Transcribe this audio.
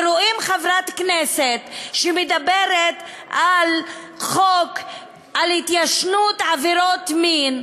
ורואים חברת כנסת שמדברת על חוק על התיישנות עבירות מין,